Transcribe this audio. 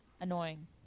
annoying